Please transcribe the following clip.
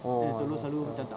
oh my god ya